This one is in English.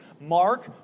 Mark